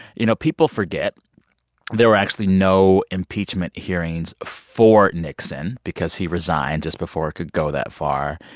you know people forget there were actually no impeachment hearings for nixon because he resigned just before it could go that far.